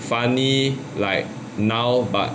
funny like now but